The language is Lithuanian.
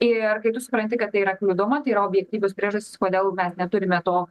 ir kai tu supranti kad tai yra kliudoma tai objektyvios priežastys kodėl mes neturime to